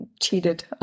cheated